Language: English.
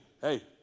hey